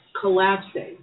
collapsing